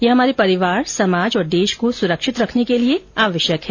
यह हमारे परिवार समाज और देश को सुरक्षित रखने के लिए आवश्यक है